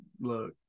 Look